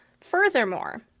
Furthermore